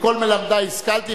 מכל מלמדי השכלתי.